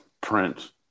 print